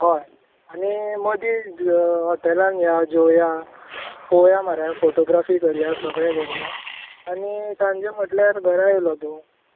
हय आनी मदी हॉटेलान या जेवया पोवया मरे फॉटोग्राफी करूया सगळें करूया आनी सांजे म्हटल्यार घरा येयलो तूं